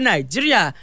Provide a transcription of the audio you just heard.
Nigeria